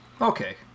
Okay